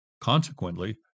Consequently